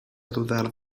dudar